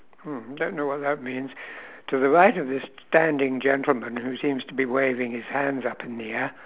hmm don't know what that means to the right of this standing gentleman who seems to be waving his hands up in the air